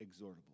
exhortable